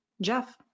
jeff